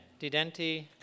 Didenti